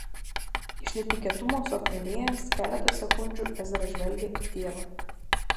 iš netikėtumo suakmenėjęs keletą sekundžių ezra žvelgė į tėvą